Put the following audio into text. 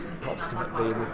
approximately